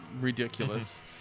ridiculous